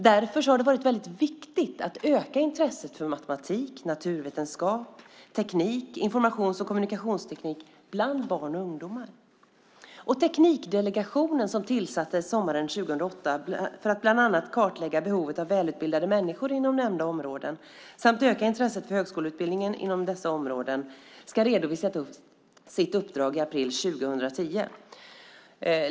Därför har det varit väldigt viktigt att öka intresset för matematik, naturvetenskap, teknik samt informations och kommunikationsteknik bland barn och ungdomar. Teknikdelegationen, som tillsattes sommaren 2008 för att bland annat kartlägga behovet av välutbildade människor inom nämnda områden samt öka intresset för högskoleutbildning inom dessa områden, ska redovisa sitt uppdrag i april 2010.